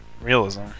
Realism